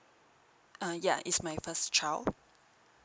err yeah it's my first child